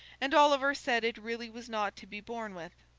and oliver said it really was not to be borne with.